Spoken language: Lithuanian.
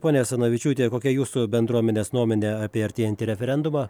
ponia asanavičiūte kokia jūsų bendruomenės nuomonė apie artėjantį referendumą